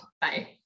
Bye